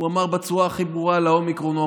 הוא אמר בצורה הכי ברורה על האומיקרון,